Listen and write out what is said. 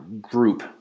group